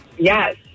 Yes